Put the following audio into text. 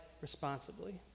responsibly